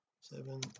seven